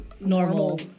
normal